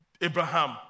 Abraham